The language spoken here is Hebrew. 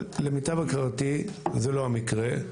למיטב הכרתי, זה לא המקרה.